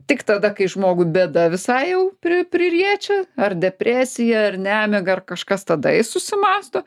tik tada kai žmogų bėda visai jau pri pririečia ar depresija ar nemiga ar kažkas tada jis susimąsto